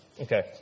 Okay